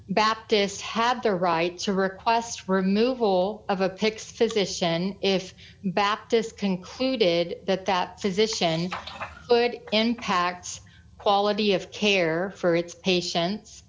baptist had the right to request removal of a pix physician if baptists concluded that that physician would impacts quality of care for its patien